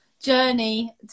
journey